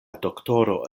doktoro